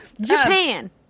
Japan